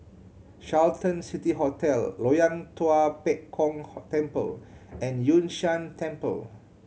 Carlton City Hotel Loyang Tua Pek Kong Temple and Yun Shan Temple